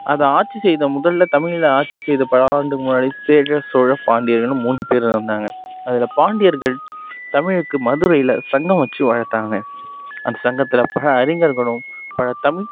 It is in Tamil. அது ஆட்சி செய்த முதல்ல தமிழ்ல ஆட்சி செய்த பல ஆண்டு முன்னாடி சேர சோழ பாண்டியர்கள்னு மூணு பேர் இருந்தாங்க அதில் பாண்டியர்கள் தமிழுக்கு மதுரையில் சங்கம் வச்சு வளத்தாங்க அந்த சங்கத்தில் பல அறிஞர்களும் பல தமிழ்